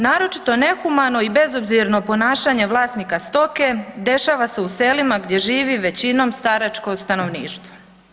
Naročito nehumano i bezobzirno ponašanje vlasnika stoke dešava se u selima gdje živi većinom staračko stanovništvo.